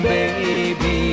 Baby